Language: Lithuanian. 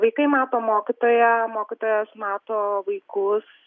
vaikai mato mokytoją mokytojas mato vaikus